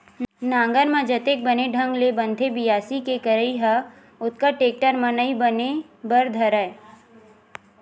नांगर म जतेक बने ढंग ले बनथे बियासी के करई ह ओतका टेक्टर म नइ बने बर धरय